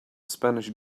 spanish